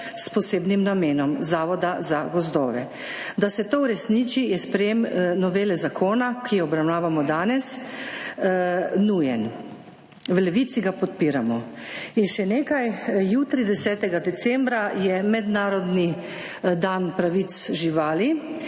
s posebnim namenom, Zavoda za gozdove. Da se to uresniči, je sprejem novele zakona, ki jo obravnavamo danes, nujen. V Levici ga podpiramo. In še nekaj, jutri, 10. decembra, je mednarodni dan pravic živali